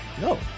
No